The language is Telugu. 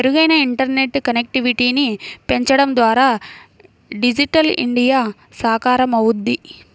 మెరుగైన ఇంటర్నెట్ కనెక్టివిటీని పెంచడం ద్వారా డిజిటల్ ఇండియా సాకారమవుద్ది